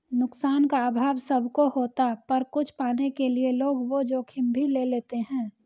नुकसान का अभाव सब को होता पर कुछ पाने के लिए लोग वो जोखिम भी ले लेते है